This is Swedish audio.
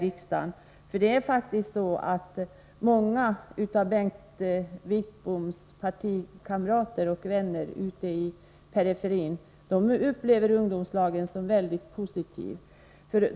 Många av Bengt Wittboms partikamrater och vänner ute i periferin upplever faktiskt ungdomslagen som mycket positiv.